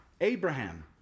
Abraham